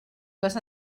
les